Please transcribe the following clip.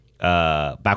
back